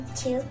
two